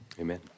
Amen